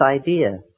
idea